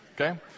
Okay